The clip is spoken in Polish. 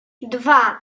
dwa